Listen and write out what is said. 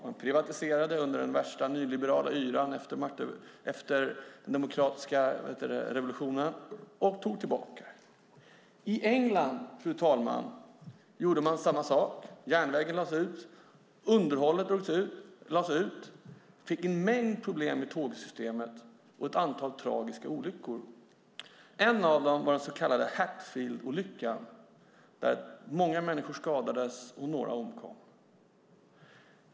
Man privatiserade under den värsta nyliberala yran efter den demokratiska revolutionen och tog sedan tillbaka det. I Storbritannien, fru talman, gjorde man samma sak. Järnvägen lades ut. Underhållet lades ut. Man fick en mängd problem med tågsystemet, och det blev ett antal tragiska olyckor. En av dem var den så kallade Hatfieldolyckan där många människor skadades och några omkom.